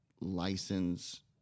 license